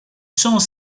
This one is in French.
sans